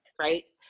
Right